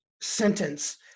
sentence